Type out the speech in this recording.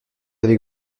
avec